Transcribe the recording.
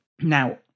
Now